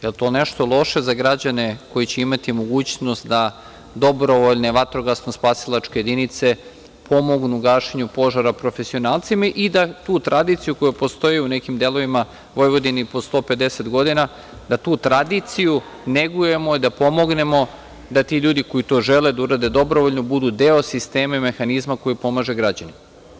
Jel to nešto loše za građane koji će imati mogućnost da dobrovoljne vatrogasno-spasilačke jedinice pomognu u gašenju požara profesionalcima i da tu tradiciju koja postoji u nekim delovima Vojvodine i po 150 godina, da tu tradiciju negujemo i da pomognemo da ti ljudi koji to žele, da urade dobrovoljno, budu deo sistema i mehanizma koji pomaže građanima.